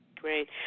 Great